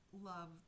love